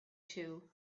two